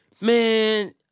man